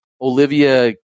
Olivia